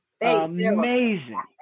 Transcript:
Amazing